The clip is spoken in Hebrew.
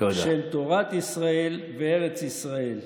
של תורת ישראל וארץ ישראל".